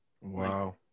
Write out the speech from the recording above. wow